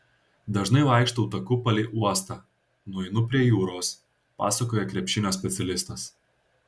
dažnai vaikštau taku palei uostą nueinu prie jūros pasakoja krepšinio specialistas